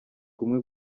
kumwe